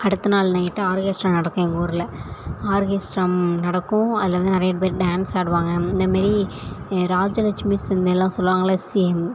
அடுத்த நாள் night orchestra நடக்கும் எங்கள் ஊரில் ஆர்கெஸ்ட்டா நடக்கும் அதில் வந்து நிறைய பேர் டான்ஸ் ஆடுவாங்க இந்த மாரி ராஜலட்சுமி செந்தில்லாம் சொல்வாங்களே செ